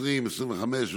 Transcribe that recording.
לא מופיע אצלכם?